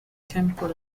temple